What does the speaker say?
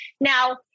Now